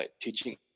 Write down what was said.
Teaching